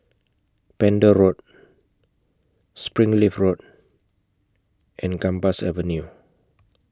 Pender Road Springleaf Road and Gambas Avenue